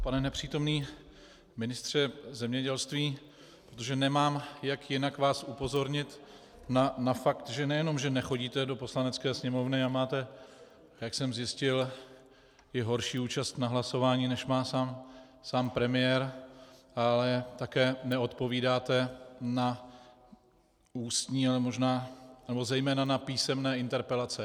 Pane nepřítomný ministře zemědělství, protože nemám, jak jinak vás upozornit na fakt, že nejenom že nechodíte do Poslanecké sněmovny a máte, jak jsem zjistil, i horší účast na hlasování, než má sám premiér, také neodpovídáte na ústní, zejména na písemné interpelace.